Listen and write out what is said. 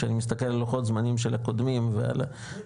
כשאני מסתכל על הלוחות זמנים של הקודמים ובשלב